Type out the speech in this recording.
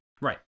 right